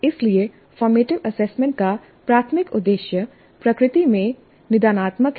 इसलिए formative assessment का प्राथमिक उद्देश्य प्रकृति में निदानात्मक है